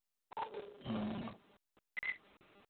हँ